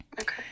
Okay